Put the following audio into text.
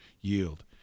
yield